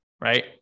right